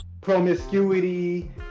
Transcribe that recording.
promiscuity